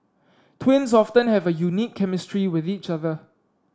twins often have a unique chemistry with each other